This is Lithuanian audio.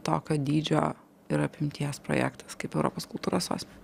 tokio dydžio ir apimties projektas kaip europos kultūros sostinė